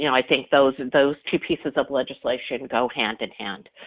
you know i think those and those two pieces of legislation go hand-in-hand,